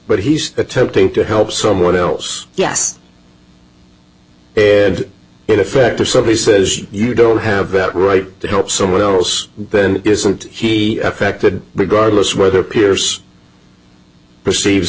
but he's attempting to help someone else yes in effect or somebody says you don't have that right to help someone else then isn't he affected regardless whether pierce perceives